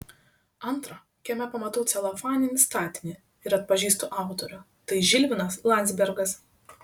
antra kieme pamatau celofaninį statinį ir atpažįstu autorių tai žilvinas landzbergas